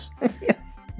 Yes